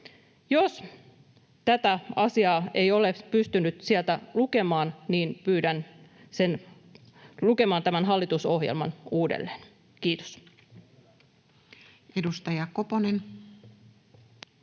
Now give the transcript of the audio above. Jos tätä asiaa ei ole pystynyt sieltä lukemaan, niin pyydän lukemaan tämän hallitusohjelman uudelleen. — Kiitos. [Speech 220]